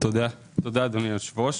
תודה, אדוני היושב-ראש.